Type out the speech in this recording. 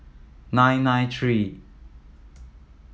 nine nine three